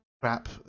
crap